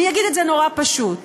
אני אגיד את זה נורא פשוט: